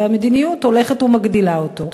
והמדיניות הולכת ומגדילה אותו.